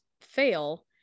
fail